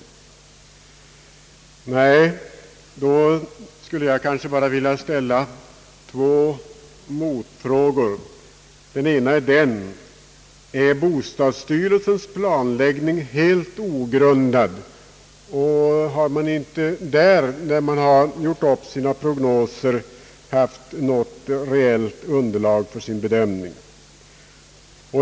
I anslutning till det uttalandet skulle jag vilja ställa två små frågor. Den ena lyder: Är bostadsstyrelsens planläggning helt ogrundad, och har man inte där, när man har gjort upp sina prognoser, haft något reellt underlag för sin bedömning?